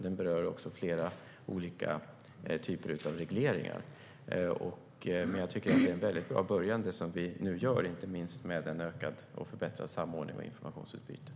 Den berör också flera olika typer av regleringar. Men jag tycker att det som vi nu gör är en väldigt bra början. Det gäller inte minst det som handlar om en ökad och förbättrad samordning och om informationsutbyte.